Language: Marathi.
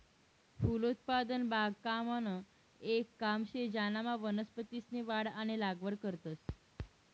फलोत्पादन बागकामनं येक काम शे ज्यानामा वनस्पतीसनी वाढ आणि लागवड करतंस